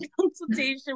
consultation